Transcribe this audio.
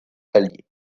allié